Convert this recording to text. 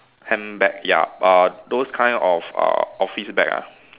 handbag ya uh those kind of uh office bag ah